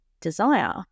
desire